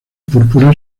púrpura